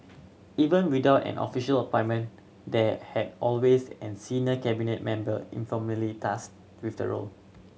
even without an official appointment there had always an senior Cabinet member informally tasked with the role